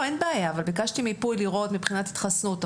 ביקשתי מיפוי לראות מבחינת התחסנות.